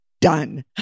done